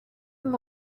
them